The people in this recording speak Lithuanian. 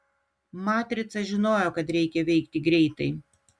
matrica žinojo kad reikia veikti greitai